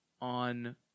On